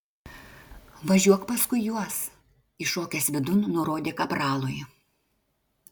važiuok paskui juos įšokęs vidun nurodė kapralui